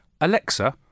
Alexa